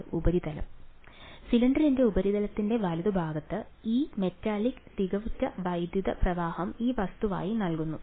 വിദ്യാർത്ഥി ഉപരിതലം സിലിണ്ടറിന്റെ ഉപരിതലത്തിന്റെ വലതുഭാഗത്ത് ഈ മെറ്റാലിക് തികവുറ്റ വൈദ്യുത പ്രവാഹം ഈ വസ്തുവായി നൽകിയിരിക്കുന്നു